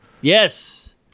Yes